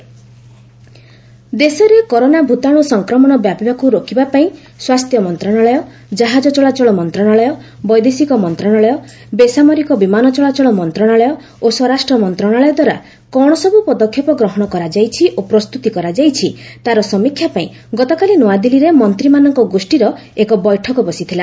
corona virus ଦେଶରେ corona ଭୂତାଣୁ ସଂକ୍ରମଣ ବ୍ୟାପିବାକୁ ରୋକିବା ପାଇଁ ସ୍ୱାସ୍ଥ୍ୟ ମନ୍ତ୍ରଣାଳୟ ଜାହାଜ ଚଳାଚଳ ମନ୍ତ୍ରଣାଳୟ ବୈଦେଶିକ ମନ୍ତ୍ରଣାଳୟ ବେସାମରିକ ବିମାନ ଚଳାଚଳ ମନ୍ତ୍ରଣାଳୟ ଓ ସ୍ୱରାଷ୍ଟ୍ର ମନ୍ତ୍ରଣାଳୟ ଦ୍ୱାରା କ'ଣ ସବୁ ପଦକ୍ଷେପ ଗ୍ରହଣ କରାଯାଇଛି ଓ ପ୍ରସ୍ତୁତି କରାଯାଇଛି ତା'ର ସମୀକ୍ଷା ପାଇଁ ଗତକାଲି ନୁଆଦିଲ୍ଲୀରେ ମନ୍ତ୍ରୀମାନଙ୍କ ଗୋଷ୍ଠୀର ଏକ ବୈଠକ ବସିଥିଲା